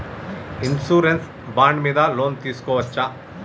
Insurance bond మీద loan తీస్కొవచ్చా?